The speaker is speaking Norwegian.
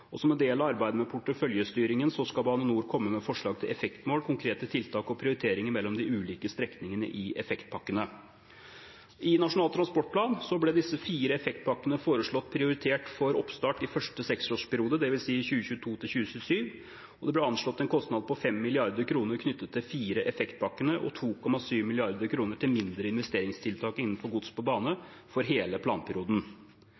Som en del av arbeidet med porteføljestyringen skal Bane NOR komme med forslag til effektmål, konkrete tiltak og prioriteringer mellom de ulike strekningene i effektpakkene. I Nasjonal transportplan ble disse fire effektpakkene foreslått prioritert for oppstart i første seksårsperiode, dvs. 2022–2027, og det ble anslått en kostnad på 5 mrd. kr knyttet til de fire effektpakkene og 2,7 mrd. kr til mindre investeringstiltak innenfor gods på